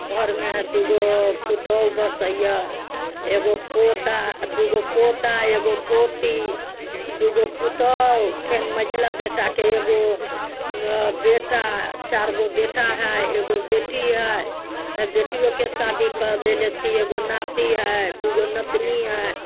घरमे हइ दूगो पूतोहु बसैए एगो पोता दूगो पोता एगो पोती दूगो पूतोहु फेर मझिला बेटाकेँ एगो बेटा चारि गो बेटा हइ एगो बेटी हइ बेटियोके शादी कऽ लेने छी एगो नाती हइ दूगो नतिनी हइ